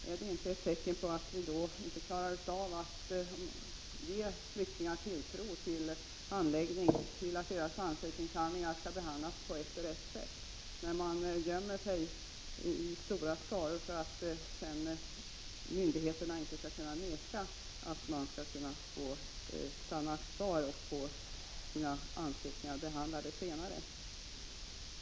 Är det inte ett tecken på att vi inte klarar av att ge flyktingar tilltro till att deras ansökningar behandlas på rätt sätt? Det händer ju att stora skaror av flyktingar gömmer sig för att myndigheterna sedan inte skall förvägra dem att stanna och få ansökningarna behandlade senare.